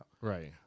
Right